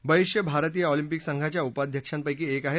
बैश्य भारतीय ऑलिम्पिक संघाच्या उपाध्यक्षांपैकी एक आहेत